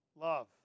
love